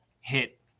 hit